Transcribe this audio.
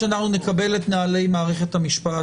מכיוון שאנחנו נקבל את נוהלי מערכת המשפט